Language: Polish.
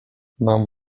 mam